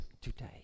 today